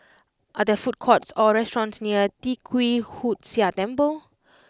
are there food courts or restaurants near Tee Kwee Hood Sia Temple